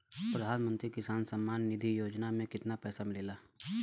प्रधान मंत्री किसान सम्मान निधि योजना में कितना पैसा मिलेला?